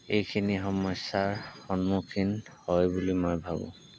এইখিনি সমস্যাৰ সন্মুখীন হয় বুলি মই ভাবোঁ